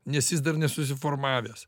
nes jis dar nesusiformavęs